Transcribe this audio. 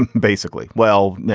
and basically. well.